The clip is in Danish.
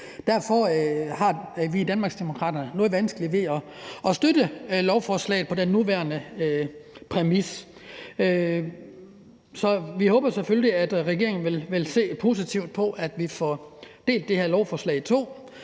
Derfor har vi i Danmarksdemokraterne noget vanskeligt ved at støtte lovforslaget på den nuværende præmis. Så vi håber selvfølgelig, at regeringen vil se positivt på, at vi får delt det her lovforslag i to,